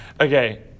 Okay